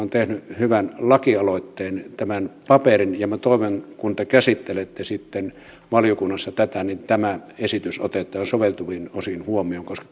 on tehnyt hyvän lakialoitteen tämän paperin ja minä toivon kun te käsittelette sitten valiokunnassa tätä että tämä esitys otetaan soveltuvin osin huomioon koska